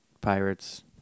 Pirates